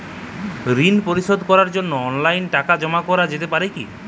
ঋন পরিশোধ করার জন্য অনলাইন টাকা জমা করা যেতে পারে কি?